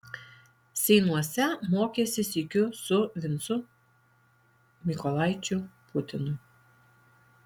seinuose mokėsi sykiu su vincu mykolaičiu putinu